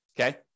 okay